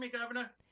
Governor